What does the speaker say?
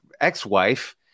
ex-wife